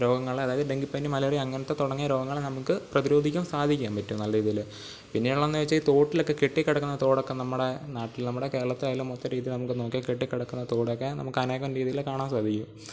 രോഗങ്ങളെ അതായതു ഡെങ്കിപ്പനി മലേറിയ അങ്ങിനത്തെ തുടങ്ങിയ രോഗങ്ങളെ നമുക്ക് പ്രതിരോധിക്കാൻ സാധിക്കും പറ്റും നല്ല രീതിയിൽ പിന്നെ ഉള്ളതെന്നു വെച്ചാൽ ഈ തോട്ടിലൊക്കെ കെട്ടി കിടക്കുന്ന തോടൊക്കെ നമ്മുടെ നാട്ടിൽ നമ്മുടെ കേരളത്തിലായാലും ഒത്തിരി രീതിയിൽ നമുക്ക് നോക്കിയാൽ കെട്ടികിടക്കുന്ന തോടൊക്കെ നമുക്ക് അനേകം രീതിയിൽ കാണാൻ സാധിക്കും